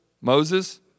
Moses